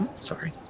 sorry